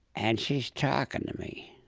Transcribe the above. and she's talking to me.